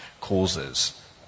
causes